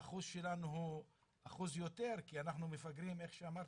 האחוז שלנו גבוה יותר כי איך אמרת,